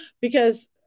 because-